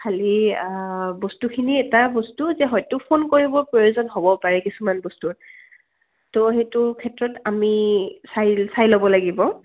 খালি বস্তুখিনি এটা বস্তু যে হয়তো ফোন কৰিবৰ প্ৰয়োজন হ'ব পাৰে কিছুমান বস্তুত তো সেইটো ক্ষেত্ৰত আমি চাই চাই ল'ব লাগিব